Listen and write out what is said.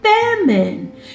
famine